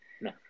No